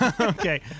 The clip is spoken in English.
Okay